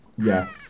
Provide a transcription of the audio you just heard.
Yes